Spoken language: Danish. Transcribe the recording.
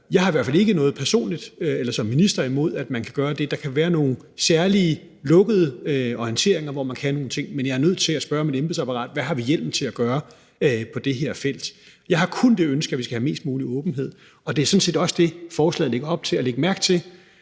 minister i hvert fald ikke noget imod, at man kan gøre det. Der kan være nogle særlige lukkede orienteringer, hvor man kan have nogle ting, men jeg er nødt til at spørge mit embedsapparat, hvad vi har hjemmel til at gøre på det her felt. Jeg har kun det ønske, at vi skal have mest mulig åbenhed, og det er sådan set også det, forslaget lægger op til. Læg mærke til,